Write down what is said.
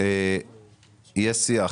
יהיה שיח